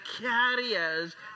carriers